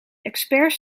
experts